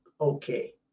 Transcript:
okay